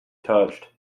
touched